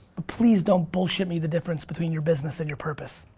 ah please don't bullshit me the difference between your business and your purpose.